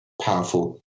powerful